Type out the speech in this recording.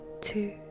two